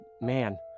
man